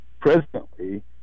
presently